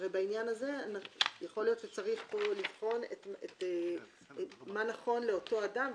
הרי בעניין הזה יכול להיות שצריך פה לבחון מה נכון לאותו אדם,